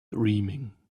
dreaming